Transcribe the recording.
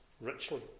richly